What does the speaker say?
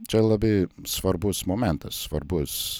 čia labai svarbus momentas svarbus